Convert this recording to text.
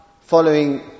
following